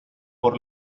por